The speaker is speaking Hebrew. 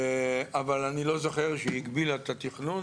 אבל אני לא זוכר שהיא הגבילה את התכנון